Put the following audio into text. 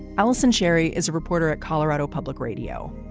allison sherry is a reporter at colorado public radio.